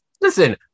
listen